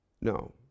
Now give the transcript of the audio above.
No